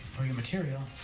or your material